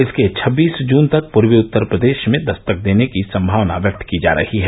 इसके छब्बीस जून तक पूर्वी उत्तर प्रदेष में दस्तक देने की सम्भावना व्यक्त की जा रही है